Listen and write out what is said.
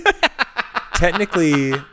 technically